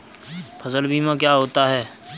फसल बीमा क्या होता है?